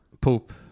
Poop